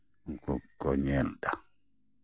ᱩᱱᱠᱩ ᱜᱮᱠᱚ ᱧᱮᱞ ᱫᱟ